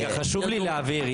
חשוב לי להבהיר,